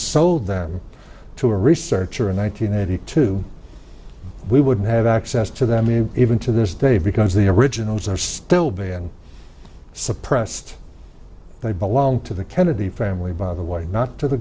sold them to a researcher in one nine hundred eighty two we wouldn't have access to that i mean even to this day because the originals are still being suppressed they belong to the kennedy family by the way not to the